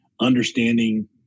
understanding –